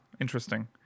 Interesting